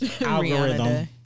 algorithm